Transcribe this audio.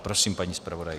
Prosím, paní zpravodajko.